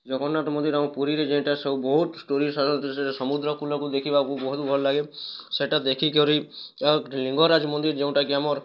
ଜଗନ୍ନାଥ ମନ୍ଦିର୍ ଆମ ପୁରୀରେ ଯେନ୍ଟା ସବୁ ବହୁତ୍ ଟୁରିଷ୍ଟ ଆସନ୍ତି ସେ ସମୁଦ୍ର କୂଲକୁ ଦେଖିବାକୁ ବହୁତ୍ ଭଲ ଲାଗେ ସେଇଟା ଦେଖି କରି ଲିଙ୍ଗରାଜ ମନ୍ଦିର୍ ଯେଉଁଟା କି ଆମର୍